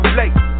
late